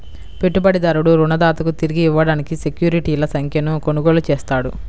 పెట్టుబడిదారుడు రుణదాతకు తిరిగి ఇవ్వడానికి సెక్యూరిటీల సంఖ్యను కొనుగోలు చేస్తాడు